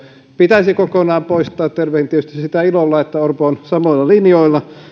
pitäisi kokonaan poistaa tervehdin tietysti ilolla sitä että orpo on samoilla linjoilla